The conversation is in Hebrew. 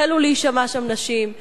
החלו להישמע שם נשים.